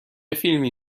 فیلمی